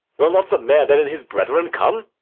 will not the mayor, then, and his brethren, come?